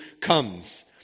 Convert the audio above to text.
comes